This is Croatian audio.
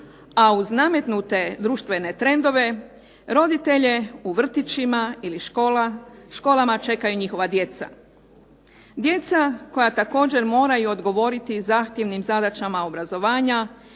a uz nametnute društvene trendove roditelje u vrtićima ili školama čekaju njihova djeca. Djeca koja također moraju odgovoriti zahtjevnim zadaćama obrazovanja